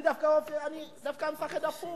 אני דווקא מפחד הפוך: